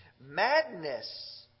Madness